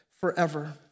forever